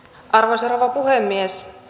arvoisa rouva puhemies